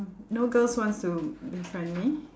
no girls wants to befriend me